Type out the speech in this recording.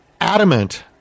adamant